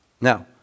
Now